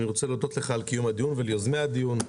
אני רוצה להודות לך על קיום הדיון וליוזמי הדיון,